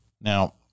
Now